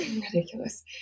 ridiculous